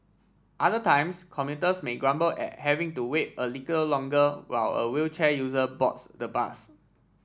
other times commuters may grumble at having to wait a little longer while a wheelchair user boards the bus